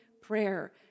prayer